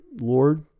Lord